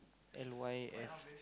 L Y F